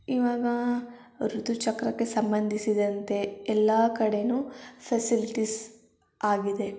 ಇವಾಗ ಋತುಚಕ್ರಕ್ಕೆ ಸಂಬಂಧಿಸಿದಂತೆ ಎಲ್ಲ ಕಡೇನೂ ಫೆಸಿಲಿಟೀಸ್ ಆಗಿದೆ